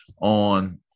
on